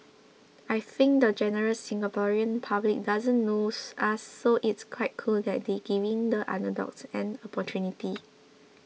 I think the general Singaporean public doesn't know us so it's quite cool that they're giving the underdogs an opportunity